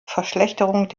verschlechterung